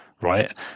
right